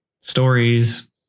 stories